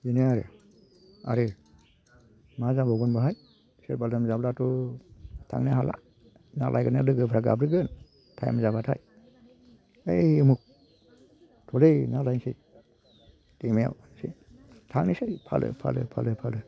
बेनो आरो आरो मा जाबावगोन बेहाय सोरबा लोमजाब्लाथ' थांनो हाला ना लायनो लोगोफ्रा गाबज्रिगोन टाइम जाबाथाय ओइ उमुख थ'लै ना लायनोसै दैमायाव होननोसै थांनोसै फालो फालो फालो फालो